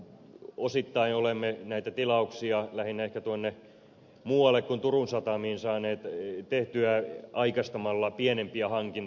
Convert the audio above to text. osittain olemme näitä tilauksia lähinnä ehkä muualle kuin turun telakalle saaneet tehtyä aikaistamalla pienempiä hankintoja